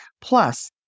Plus